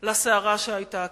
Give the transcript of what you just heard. לסערה שהיתה כאן.